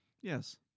Yes